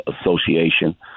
association